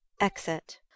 Exit